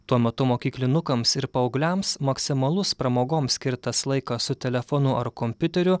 tuo metu mokyklinukams ir paaugliams maksimalus pramogoms skirtas laikas su telefonu ar kompiuteriu